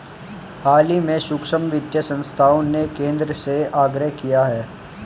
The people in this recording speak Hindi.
हाल ही में सूक्ष्म वित्त संस्थाओं ने केंद्र से आग्रह किया है